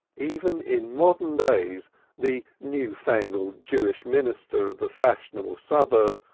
even in modern days the new-fangled jewish minister of the fashionable suburb,